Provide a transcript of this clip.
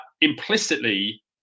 implicitly